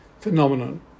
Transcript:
phenomenon